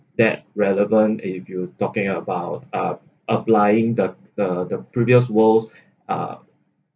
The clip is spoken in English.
that relevant if you talking about uh applying the the the previous world uh